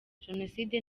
jenoside